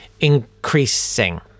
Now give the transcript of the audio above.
increasing